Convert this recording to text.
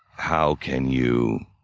how can you